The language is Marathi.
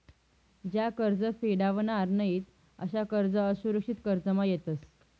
ज्या कर्ज फेडावनार नयीत अशा कर्ज असुरक्षित कर्जमा येतस